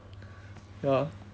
ya